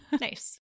Nice